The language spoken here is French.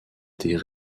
des